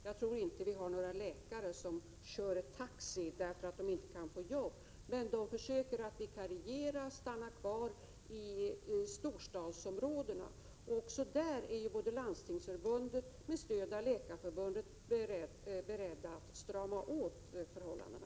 Jag tror inte att det finns några läkare som kör taxi, därför att de inte kan få jobb, men de försöker stanna kvar och vikariera i storstadsområdena. Också där är Landstingsförbundet, med stöd av Läkarförbundet, berett att strama åt förhållandena.